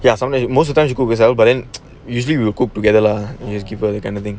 ya somebody most of times you cook yourself but then usually we will cook together lah have given you kind of thing